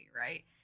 right